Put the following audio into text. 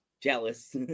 Jealous